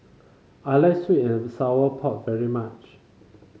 I like sweet and Sour Pork very much